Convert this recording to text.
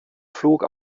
flug